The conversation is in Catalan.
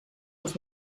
els